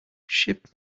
ship